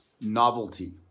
Novelty